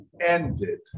ended